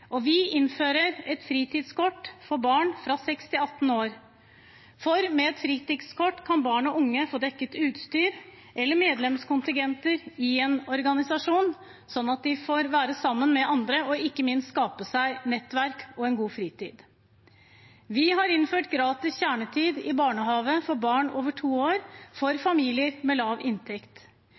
det. Vi innfører derfor et fritidskort for barn fra seks til atten år, for med et fritidskort kan barn og unge få dekket utstyr eller medlemskontingenten i en organisasjon, sånn at de får være sammen med andre og ikke minst skape seg et nettverk og en god fritid. Vi har innført gratis kjernetid i barnehage for barn over to år for familier med lav inntekt.